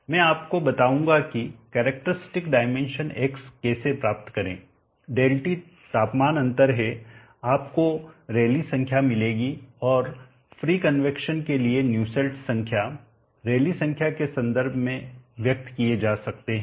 मैं आपको बताऊंगा कि कैरेक्टरस्टिक डायमेंशन X कैसे प्राप्त करें ΔT तापमान अंतर है आपको रैली संख्या मिलेगी और फ्री कन्वैक्शन के लिए न्यूसेल्ट संख्या रैली संख्या के संदर्भ में व्यक्त किए जा सकते हैं